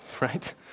right